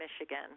michigan